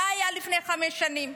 זה היה לפני חמש שנים.